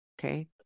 Okay